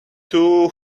two